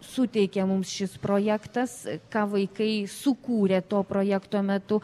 suteikė mums šis projektas ką vaikai sukūrė to projekto metu